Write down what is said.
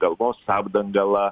galvos apdangalą